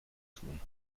tun